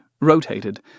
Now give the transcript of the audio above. rotated